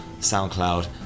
SoundCloud